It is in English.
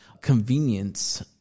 convenience